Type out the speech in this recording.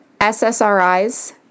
SSRIs